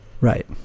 Right